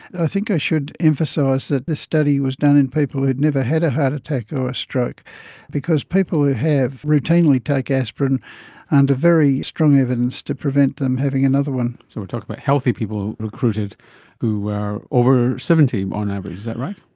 i think i should emphasise that this study was done in people who had never had a heart attack or a stroke because people who have routinely take aspirin under and very strong evidence to prevent them having another one. so we're talking about healthy people recruited who were over seventy on average, is that right?